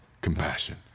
compassion